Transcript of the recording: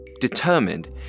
determined